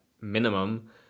minimum